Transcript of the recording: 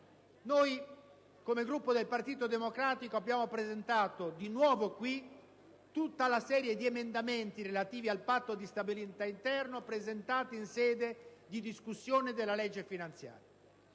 noi, come Gruppo del Partito Democratico, abbiamo di nuovo presentato qui tutta la serie di emendamenti relativi al Patto di stabilità interno, già presentati in sede di discussione della legge finanziaria.